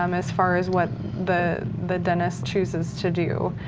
um as far as what the the dentist chooses to do.